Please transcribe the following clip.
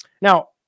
Now